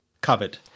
covered